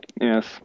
Yes